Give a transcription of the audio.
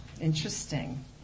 Interesting